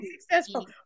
successful